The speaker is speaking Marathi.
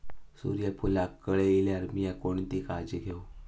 सूर्यफूलाक कळे इल्यार मीया कोणती काळजी घेव?